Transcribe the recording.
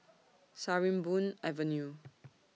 Sarimbun Avenue